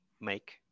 make